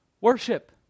worship